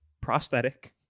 prosthetic